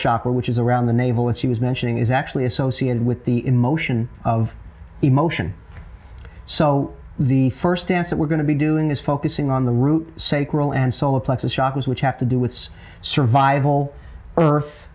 shopper which is around the navel that she was mentioning is actually associated with the emotion of emotion so the first dance that we're going to be doing this focusing on the root sake roll and solar plexus shoppers which have to do with survival earth